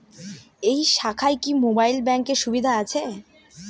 এই শাখায় কি মোবাইল ব্যাঙ্কের সুবিধা আছে?